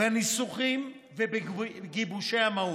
בניסוחים ובגיבושי המהות,